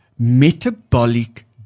Metabolic